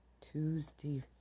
Tuesday